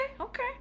okay